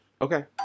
Okay